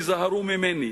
תיזהרו ממני.